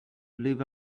live